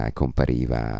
compariva